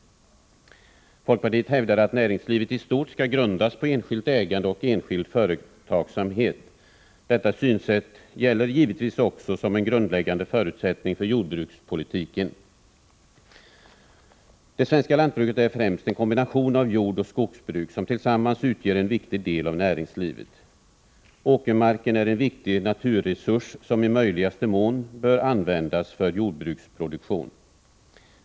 Folkpartiet hävdar att näringslivet i stort skall grundas på enskilt ägande och enskild företagsamhet. Detta synsätt gäller givetvis också som en grundläggande förutsättning för jordbrukspolitiken. Det svenska lantbruket är främst en kombination av jordoch skogsbruk, som tillsammans utgör en viktig del av näringslivet. Åkermarken är en viktig naturresurs, som i möjligaste mån bör användas för jordbruksproduktion.